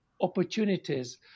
opportunities